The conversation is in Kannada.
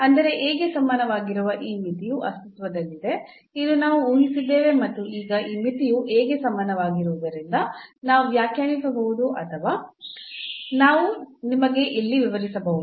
ಅಂದರೆ A ಗೆ ಸಮಾನವಾಗಿರುವ ಈ ಮಿತಿಯು ಅಸ್ತಿತ್ವದಲ್ಲಿದೆ ಇದು ನಾವು ಊಹಿಸಿದ್ದೇವೆ ಮತ್ತು ಈಗ ಈ ಮಿತಿಯು A ಗೆ ಸಮಾನವಾಗಿರುವುದರಿಂದ ನಾವು ವ್ಯಾಖ್ಯಾನಿಸಬಹುದು ಅಥವಾ ನಾನು ನಿಮಗೆ ಇಲ್ಲಿ ವಿವರಿಸಬಹುದು